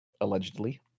allegedly